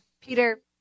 Peter